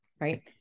right